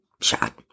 shot